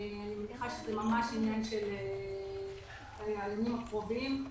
אני מניחה שזה עניין של הימים הקרובים,